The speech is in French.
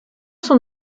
son